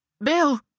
Bill